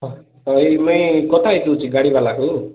ତ ତ ମୁଇଁ ଏଇ କଥା ହୋଇଯାଉଛି ଗାଡ଼ିବାଲାକୁ